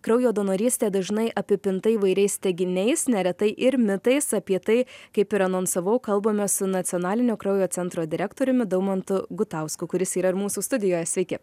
kraujo donorystė dažnai apipinta įvairiais teiginiais neretai ir mitais apie tai kaip ir anonsavau kalbamės su nacionalinio kraujo centro direktoriumi daumantu gutausku kuris yra ir mūsų studijoje sveiki